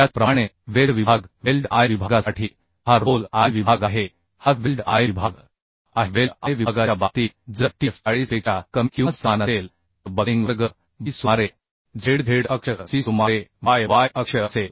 त्याचप्रमाणे वेल्ड विभाग weld I विभागासाठी हा रोल I विभाग आहे हा वेल्ड I विभाग आहे वेल्ड I विभागाच्या बाबतीत जर T f 40 पेक्षा कमी किंवा समान असेल तर बकलिंग वर्ग B सुमारे Z Z अक्ष C सुमारे Y Y अक्ष असेल